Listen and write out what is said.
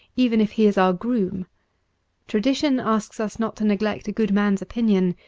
even if he is our groom tradition asks us not to neglect a good man's opinion,